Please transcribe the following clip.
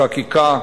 בחקיקה,